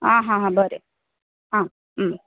आ हा हा बरें आ